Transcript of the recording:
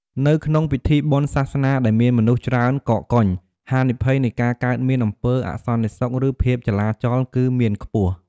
នៅក្នុងពិធីបុណ្យសាសនាដែលមានមនុស្សច្រើនកកកុញ ហានិភ័យនៃការកើតមានអំពើអសន្តិសុខ ឬភាពចលាចលគឺមានខ្ពស់។